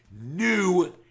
new